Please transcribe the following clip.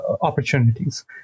Opportunities